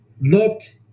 looked